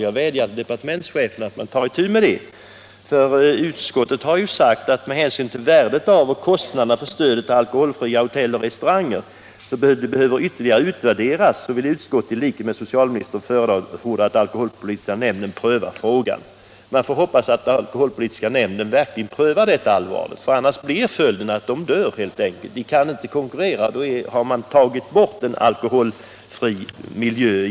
Jag vädjar till departementschefen att han tar itu med detta, för skatteutskottet har ju sagt följande: ”Med hänsyn till att värdet av och kostnaderna för stödet till alkoholfria hotell och restauranger behöver ytterligare utvärderas vill utskottet i likhet med socialministern förorda att den alkoholpolitiska nämnden prövar frågan.” Man får hoppas att alkoholpolitiska nämnden prövar detta allvarligt, för annars blir följden helt enkelt att dessa restauranger dör — de kan inte konkurrera. Då har man tagit bort en alkoholfri miljö.